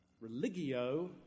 religio